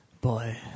Boy